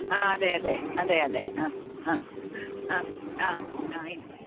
ആ അതെ അതെ അതെ അതേ ആ ആ ആ ആ ആ ഇൻ